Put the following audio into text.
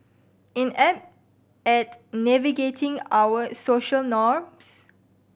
inept at navigating our social norms